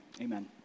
amen